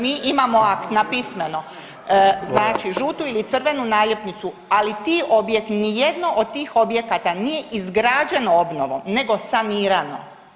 Mi imamo napismeno, znači žutu ili crvenu naljepnicu ali ti objekti, ni jedno od tih objekata nije izgrađeno obnovom, nego sanirano.